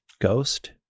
ghost